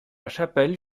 chapelle